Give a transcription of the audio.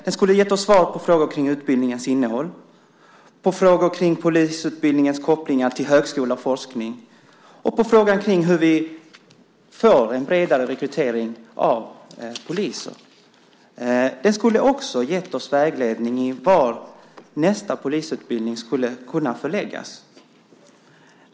Den skulle ha gett oss svar på frågor om utbildningens innehåll, polisutbildningens koppling till högskola och forskning samt hur vi får en bredare rekrytering av poliser. Den skulle också ha gett oss vägledning om var nästa polisutbildning skulle kunna förläggas.